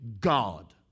God